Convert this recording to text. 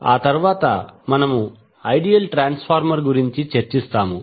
ఆ తరువాత మనము ఐడియల్ ట్రాన్స్ ఫార్మర్ గురించి చర్చిస్తాము